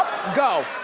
go.